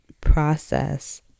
process